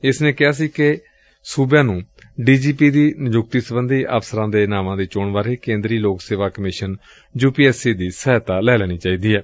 ਏਸ ਨੇ ਕਿਹਾ ਸੀ ਕਿ ਸੂਬਿਆਂ ਨੂੰ ਡੀ ਜੀ ਪੋੀ ਦੀ ਨਿਯੁਕਤੀ ਸਬੰਧੀ ਅਫਸਰਾਂ ਦੇ ਨਾਵਾਂ ਦੀ ਚੋਣ ਬਾਰੇ ਕੇਂਦਰੀ ਲੋਕ ਸੇਵਾ commission U P S C ਦੀ ਸਹਾਇਤਾ ਲੈ ਲੈਣੀ ਚਾਹੀਦੀ ਏ